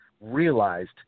realized